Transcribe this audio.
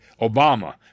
Obama